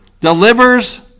delivers